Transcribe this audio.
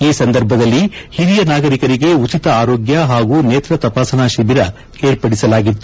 ಈ ಸಂದರ್ಭದಲ್ಲಿ ಹಿರಿಯ ನಾಗರಿಕರಿಗೆ ಉಚಿತ ಆರೋಗ್ಯ ಹಾಗೂ ನೇತ್ರ ತಪಾಸಣಾ ಶಿಬಿರ ಏರ್ಪಡಿಸಲಾಗಿತ್ತು